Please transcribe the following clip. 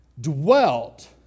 dwelt